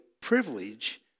privilege